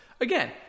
again